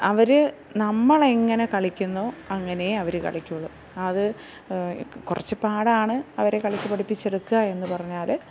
അവർ നമ്മൾ എങ്ങനെ കളിക്കുന്നു അങ്ങനേ അവർ കളിക്കുള്ളൂ അത് കുറച്ച് പാടാണ് അവരെ കളിച്ച് പഠിപ്പിച്ചെടുക്കുക എന്ന് പറഞ്ഞാൽ